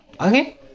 Okay